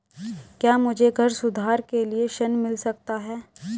क्या मुझे घर सुधार के लिए ऋण मिल सकता है?